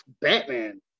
Batman